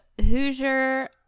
Hoosier